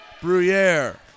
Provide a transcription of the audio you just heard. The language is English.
Bruyere